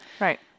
Right